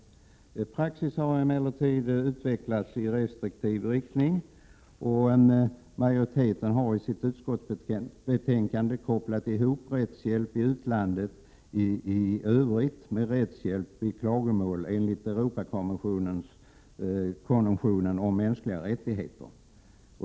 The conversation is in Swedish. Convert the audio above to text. Praxis har emellertid utvecklats i en restriktiv riktning. Majoriteten har i sitt utskottsbetänkande kopplat ihop rättshjälp i utlandet i övrigt med rättshjälp vid klagomål enligt Europakonventionen om mänskliga rättigheter.